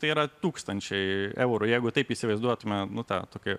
tai yra tūkstančiai eurų jeigu taip įsivaizduotume nu tą tokį